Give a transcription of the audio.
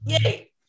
yay